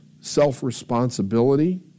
self-responsibility